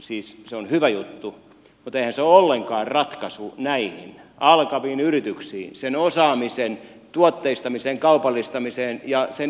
siis se on hyvä juttu mutta eihän se ole ollenkaan ratkaisu näihin alkaviin yrityksiin sen osaamisen tuotteistamiseen kaupallistamiseen ja sen yritykseksi saamiseen